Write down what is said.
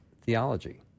theology